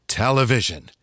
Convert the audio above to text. Television